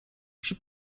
przy